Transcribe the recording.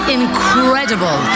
incredible